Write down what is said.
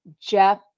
Jeff